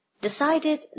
decided